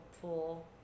pool